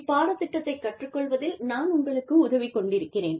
இப்பாடத் திட்டத்தை கற்றுக் கொள்வதில் நான் உங்களுக்கு உதவிக் கொண்டிருக்கிறேன்